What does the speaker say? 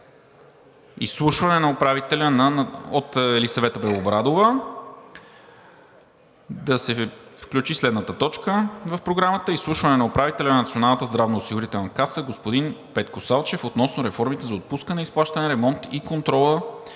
47, ал. 3, което е от Елисавета Белобрадова, да се включи следната точка в Програмата – Изслушване на управителя на Националната здравноосигурителна каса господин Петко Салчев относно реформите за отпускане, изплащане, ремонт и контрол